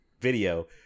video